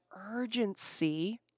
urgency